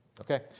Okay